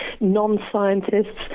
non-scientists